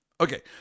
Okay